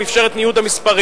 הוא אפשר את ניוד המספרים.